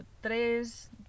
tres